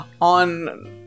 on